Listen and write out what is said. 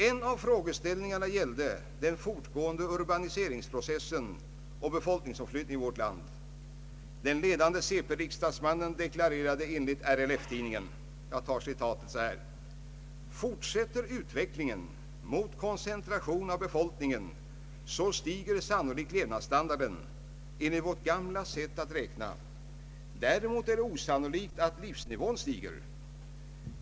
En av frågeställningarna gällde den fortgående urbaniseringsprocessen och befolkningsomflyttningen i vårt land. Den ledande cp-riksdagsmannen deklarerade enligt RLF-tidningen: ”Fortsätter utvecklingen mot koncentration av befolkningen så stiger sannolikt levnadsstandarden, enligt vårt gamla sätt att räkna, däremot är det osannolikt att livsnivån stiger.